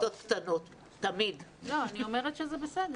אני אומרת שהפשרה היא בסדר,